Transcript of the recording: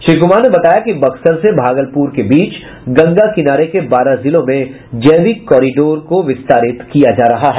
श्री कुमार ने बताया कि बक्सर से भागलपुर के बीच गंगा किनारे के बारह जिलों में जैविक कॉरिडोर को विस्तारित किया जा रहा है